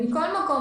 מכל מקום,